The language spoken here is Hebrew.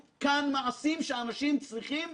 קודם כול, עשיתם עבודה רצינית מאוד.